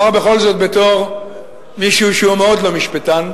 אומר בכל זאת, בתור מישהו שהוא מאוד לא משפטן,